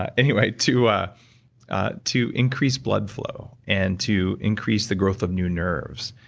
anyway. to ah ah to increase blood flow, and to increase the growth of new nerves,